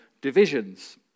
divisions